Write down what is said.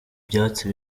byatsi